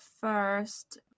first